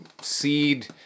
Seed